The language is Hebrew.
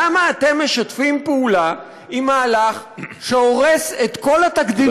למה אתם משתפים פעולה עם מהלך שהורס את כל התקדימים,